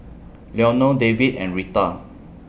Leonore David and Reatha